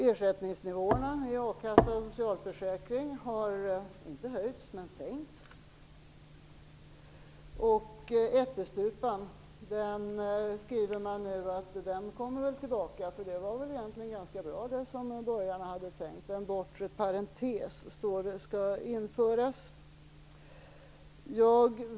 Ersättningsnivåerna i akassa och socialförsäkringar har inte höjts utan sänkts. Och man skriver att ättestupan nog kommer tillbaka, eftersom det som borgarna hade tänkt nog var ganska bra. Det står att en bortre parentes skall införas.